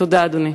תודה, אדוני.